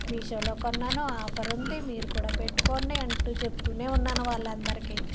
మీషోలో కొన్నాను ఆఫర్ ఉంది మీరు కూడా పెట్టుకోండి అంటూ చెప్తూనే ఉన్నాను వాళ్ళందరికి